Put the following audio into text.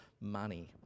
money